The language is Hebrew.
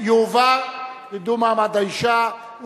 הוועדה לקידום מעמד האשה.